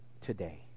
today